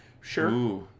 Sure